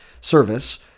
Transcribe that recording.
service